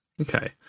Okay